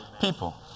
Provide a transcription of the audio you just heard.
People